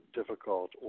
difficult